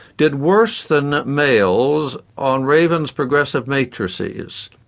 did worse than males on raven's progressive matrices,